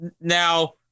now